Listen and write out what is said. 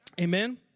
Amen